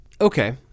Okay